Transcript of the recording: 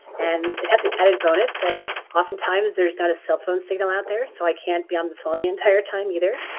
and it has an added bonus that often times there's not a cell phone signal out there so i can't be on the phone the entire time either.